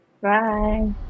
Bye